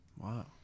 Wow